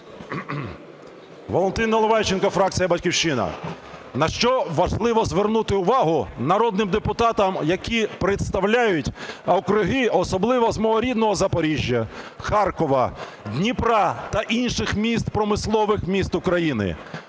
Валентин Наливайченко, фракція "Батьківщина". На що важливо звернути увагу народним депутатам, які представляють округи, а особливо з мого рідного Запоріжжя, Харкова, Дніпра та інших міст, промислових міст України.